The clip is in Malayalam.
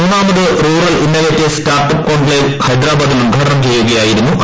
മൂന്നാമത് റൂറൽ ഇന്നവേറ്റേഴ്സ് സ്റ്റാർട്ടപ് കോൺക്ലേവ് ഹൈദരാബാദിൽ ഉദ്ഘാടനം ചെയ്യുകയായിരുന്നു അദ്ദേഹം